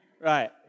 Right